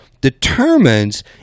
determines